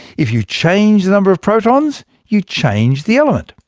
if you change the number of protons, you change the element.